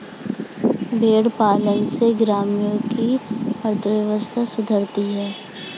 भेंड़ पालन से ग्रामीणों की अर्थव्यवस्था सुधरती है